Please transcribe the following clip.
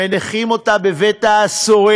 מניחים אותה בבית-האסורים,